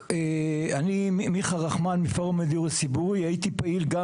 אני מפורום הדיור הציבורי, הייתי פעיל גם